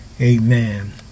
amen